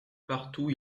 partout